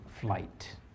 flight